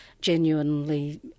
genuinely